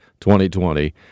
2020